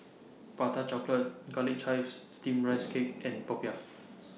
Prata Chocolate Garlic Chives Steamed Rice Cake and Popiah